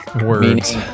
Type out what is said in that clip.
words